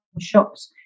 shops